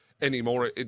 Anymore